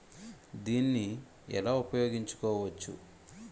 దీన్ని ఎలా ఉపయోగించు కోవచ్చు?